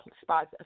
spots